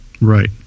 Right